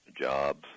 jobs